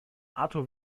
artur